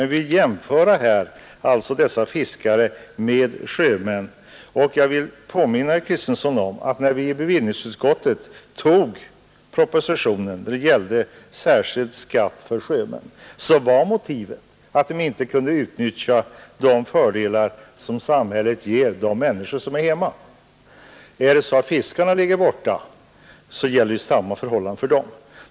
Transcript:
Vi vill jämföra dessa fiskare med sjömän, och jag vill påminna herr Kristenson om att när vi i bevillningsutskottet tog propositionen om särskild skatt för sjömän var motivet att de inte kunde utnyttja de fördelar som samhället ger de människor som är hemma. Och är det så att fiskarna ligger borta gäller samma förhållanden för dem.